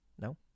No